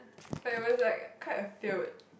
but it was like quite a tilt